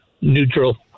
neutral